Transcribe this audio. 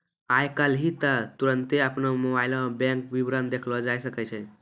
आइ काल्हि त तुरन्ते अपनो मोबाइलो मे बैंक विबरण देखलो जाय सकै छै